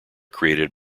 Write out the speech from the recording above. created